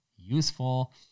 useful